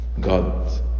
God